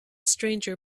stranger